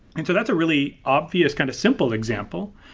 and so that's a really obvious kind of simple example.